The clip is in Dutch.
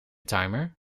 timer